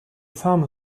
farmer